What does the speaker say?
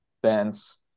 bands